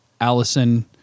Allison